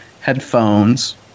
headphones